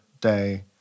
day